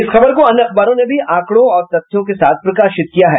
इस खबर को अन्य अखबारों ने भी आंकड़ों और तथ्यों के साथ प्रकाशित किया है